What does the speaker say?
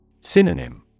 Synonym